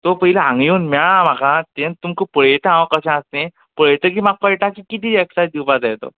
so पयलें हांगा येवन मेळा म्हाका तुमकां पळयता हांव कशें आसा तें पळयतकीर म्हाका कळटा की कितली एक्सरसाइज दिवपा जाय तो